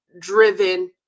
driven